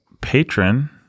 patron